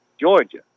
Georgia